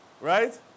right